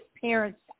parents